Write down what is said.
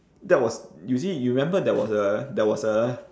that was you see you remember there was a there was a